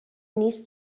نیست